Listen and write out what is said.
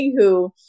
anywho